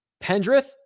Pendrith